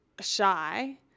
shy